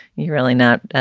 you're really not